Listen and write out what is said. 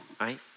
Right